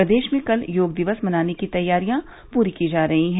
प्रदेश में कल योग दिवस मनाने की तैयारियां पूरी की जा रही है